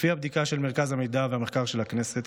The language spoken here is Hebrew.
לפי בדיקה של מרכז המידע והמחקר של הכנסת,